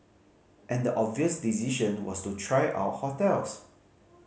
and the obvious decision was to try out hotels